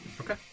Okay